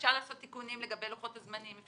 אפשר לעשות תיקונים לגבי לוחות הזמנים.